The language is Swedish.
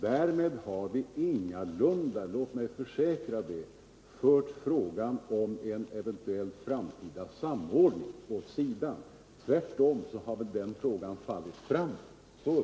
Därmed har vi ingalunda — låt mig försäkra det — fört frågan om en eventuell framtida samordning åt sidan. Tvärtom upplever jag det så att den frågan väl har fallit framåt.